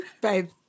Babe